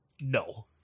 no